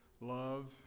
love